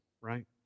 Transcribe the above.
right